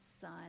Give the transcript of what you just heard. son